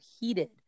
heated